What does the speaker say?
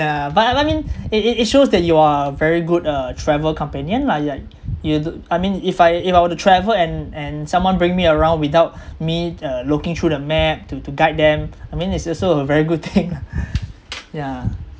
but I I mean it it it shows that you are a very good uh travel companion lah yeah you do I mean if I if I were to travel and and someone bring me around without me uh looking through the map to to guide them I mean it's also a very good thing yeah